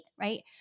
right